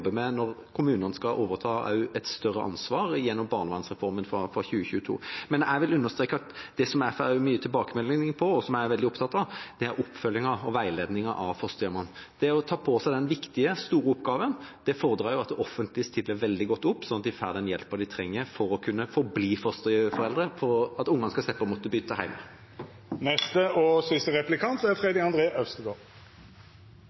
med når kommunene skal overta et større ansvar gjennom barnevernsreformen fra 2022. Men jeg vil understreke at det jeg får mye tilbakemeldinger på, og som jeg er veldig opptatt av, er oppfølgingen og veiledningen av fosterhjemmene. Det å ta på seg den viktige, store oppgaven fordrer at det offentlige stiller veldig godt opp, sånn at en får den hjelpen en trenger for å kunne forbli fosterforeldre, og at barna skal slippe å måtte bytte hjem. Det er